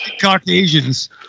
Caucasians